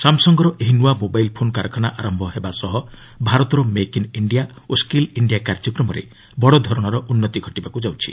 ସାମସଙ୍ଗର ଏହି ନୂଆ mobile phone କାରଖାନା ଆରମ୍ଭ ହେବା ସହ ଭାରତର 'ମେକ୍ ଇନ୍ ଇଣ୍ଡିଆ' ଓ 'ସ୍କିଲ୍ ଇଣ୍ଡିଆ' କାର୍ଯ୍ୟକ୍ରମରେ ବଡ଼ଧରଣର ଉନ୍ନତି ଘଟିବାକୁ ଯାଉଛି